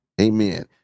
Amen